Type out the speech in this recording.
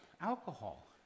alcohol